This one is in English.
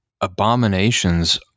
abominations